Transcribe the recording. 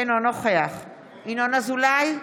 אינו נוכח ינון אזולאי,